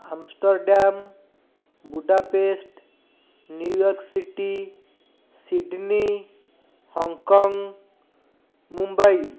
Amsterdam Budapest New York City Sydney Hong Kong Mumbai